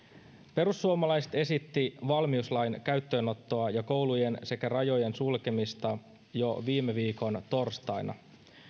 perussuomalaiset esittivät valmiuslain käyttöönottoa ja koulujen sekä rajojen sulkemista jo viime viikon torstaina